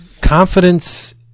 confidence